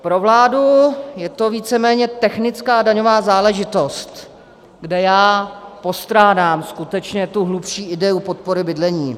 Pro vládu je to víceméně technická a daňová záležitost, kde já postrádám skutečně tu hlubší ideu podpory bydlení.